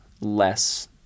less